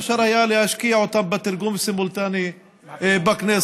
אפשר היה להשקיע אותם בתרגום סימולטני בכנסת.